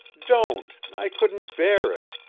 don't i couldn't bear it!